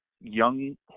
young